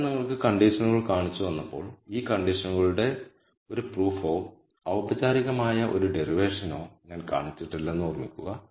ഞാൻ നിങ്ങൾക്ക് കണ്ടിഷനുകൾ കാണിച്ചുതന്നപ്പോൾ ഈ കണ്ടീഷൻകളുടെ ഒരു പ്രൂഫോ ഔപചാരികമായ ഒരു ഡെറിവേഷനോ ഞാൻ കാണിച്ചിട്ടില്ലെന്ന് ഓർമ്മിക്കുക